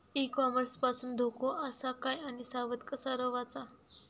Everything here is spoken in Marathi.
ई कॉमर्स पासून धोको आसा काय आणि सावध कसा रवाचा?